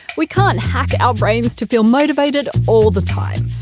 we can't hack our brains to feel motivated all the time.